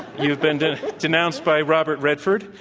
you've been denounced by robert redford.